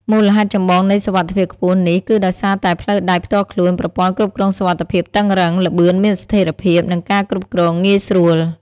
មូលហេតុចម្បងនៃសុវត្ថិភាពខ្ពស់នេះគឺដោយសារតែ ផ្លូវដែកផ្ទាល់ខ្លួន ប្រព័ន្ធគ្រប់គ្រងសុវត្ថិភាពតឹងរ៉ឹង ល្បឿនមានស្ថិរភាព និងការគ្រប់គ្រងងាយស្រួល។